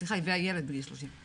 סליחה היא הביאה ילד בגיל 30,